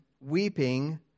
weeping